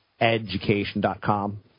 education.com